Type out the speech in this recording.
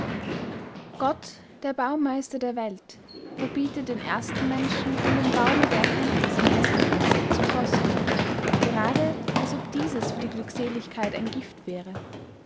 gott der baumeister der welt verbietet den ersten menschen von dem baume der erkenntniß nur das geringste zu kosten gerade als ob dieses für die glückseligkeit ein gift wäre